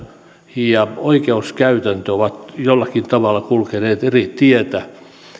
ja oikeuskäytäntö ovat jollakin tavalla kulkeneet eri teitä